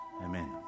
Amen